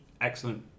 excellent